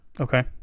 Okay